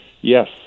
Yes